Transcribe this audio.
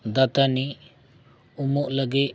ᱫᱟᱹᱛᱟᱹᱱᱤ ᱩᱢᱩᱜ ᱞᱟᱹᱜᱤᱫ